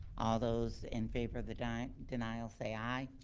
all those in favor of the denial denial say aye.